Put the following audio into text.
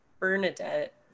Bernadette